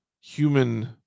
human